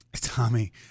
Tommy